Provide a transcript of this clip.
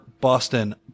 Boston